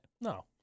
No